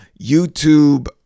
YouTube